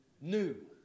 new